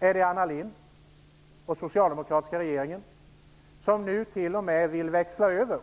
Är det Anna Lindh och den socialdemokratiska regeringen, som nu t.o.m. vill växla över